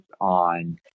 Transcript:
on